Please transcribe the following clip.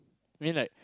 I mean like